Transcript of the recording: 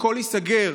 הכול ייסגר.